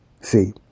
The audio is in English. See